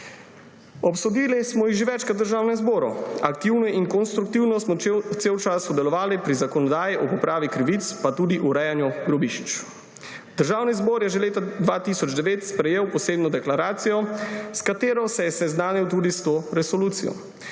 Obsodili smo jih že večkrat v Državnem zboru, aktivno in konstruktivno smo ves čas sodelovali pri zakonodaji o popravi krivic in tudi urejanju grobišč. Državni zbor je že leta 2009 sprejel posebno deklaracijo, s katero se je seznanil tudi s to resolucijo.